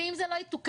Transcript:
ואם זה לא יתוקן,